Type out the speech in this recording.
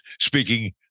speaking